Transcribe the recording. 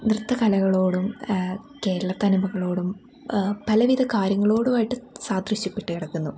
നൃത്ത കലകളോടും കേരളത്തനിമകളോടും പലവിധ കാര്യങ്ങളോടുമായിട്ട് സാദൃശ്യപ്പെട്ട് കിടക്കുന്നു